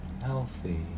healthy